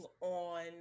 on